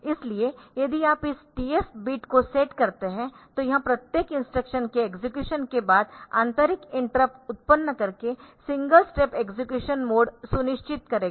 इसलिए यदि आप इस TF बिट को सेट करते है तो यह प्रत्येक इंस्ट्रक्शन के एक्सेक्युशन के बाद आंतरिक इंटरप्ट उत्पन्न करके सिंगल स्टेप एक्सेक्युशन मोड सुनिश्चित करेगा